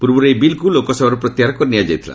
ପୂର୍ବରୁ ଏହି ବିଲ୍କୁ ଲୋକସଭାରୁ ପ୍ରତ୍ୟାହାର କରିନିଆଯାଇଥିଲା